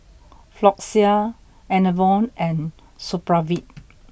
Floxia Enervon and Supravit